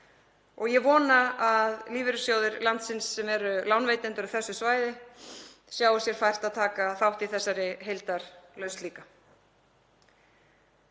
og ég vona að lífeyrissjóðir landsins, sem eru lánveitendur á þessu svæði, sjái sér fært að taka þátt í þessari heildarlausn líka.